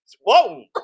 Whoa